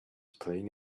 playing